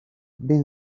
been